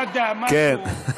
נאדה, משהו.